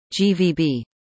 GVB